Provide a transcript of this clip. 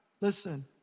listen